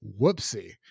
Whoopsie